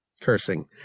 Cursing